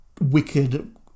wicked